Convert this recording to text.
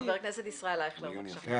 חבר הכנסת ישראל אייכלר, בבקשה.